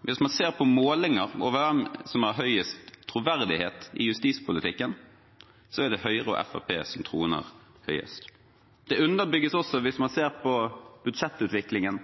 Hvis man ser på målinger over hvem som har størst troverdighet i justispolitikken, er det Høyre og Fremskrittspartiet som troner øverst. Det underbygges også hvis man ser på budsjettutviklingen